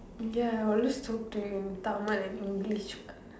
ya always talk to him in Tamil and English